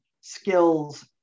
skills